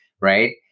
right